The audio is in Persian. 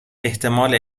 احتمال